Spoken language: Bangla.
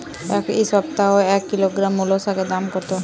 এ সপ্তাহে এক কিলোগ্রাম মুলো শাকের দাম কত?